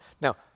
Now